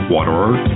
Waterer